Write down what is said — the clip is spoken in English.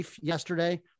yesterday